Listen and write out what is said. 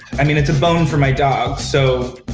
i mean it's a bone for my dog. so,